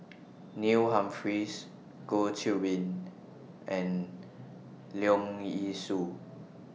Neil Humphreys Goh Qiu Bin and Leong Yee Soo